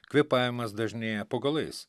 kvėpavimas dažnėja po galais